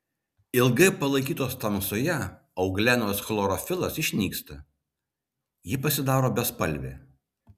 ilgai palaikytos tamsoje euglenos chlorofilas išnyksta ji pasidaro bespalvė